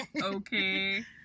Okay